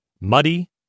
Muddy